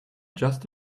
just